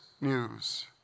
news